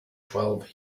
twelve